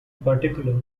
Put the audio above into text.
particular